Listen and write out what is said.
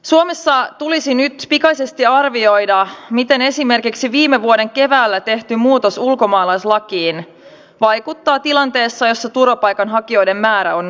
suomessa tulisi nyt pikaisesti arvioida miten esimerkiksi viime vuoden keväällä tehty muutos ulkomaalaislakiin vaikuttaa tilanteessa jossa turvapaikanhakijoiden määrä on noussut